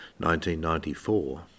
1994